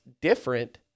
different